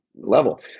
level